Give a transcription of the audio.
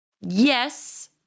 yes